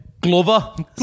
Glover